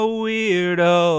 weirdo